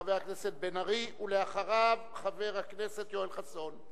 חבר הכנסת בן-ארי, ואחריו, חבר הכנסת יואל חסון.